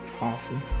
awesome